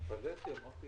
והסיבה המרכזית לכך היא